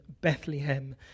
Bethlehem